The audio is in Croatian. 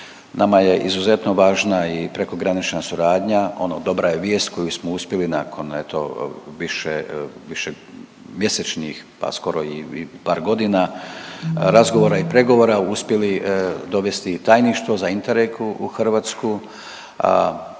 Nama je izuzetno važna i prekogranična suradnja, ono dobra je vijest koju smo uspjeli nakon eto više, više mjesečnih, pa skoro i par godina, razgovora i pregovora uspjeli dovesti i tajništvo za …/Govornik